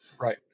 Right